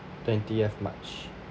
twentieth march